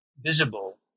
visible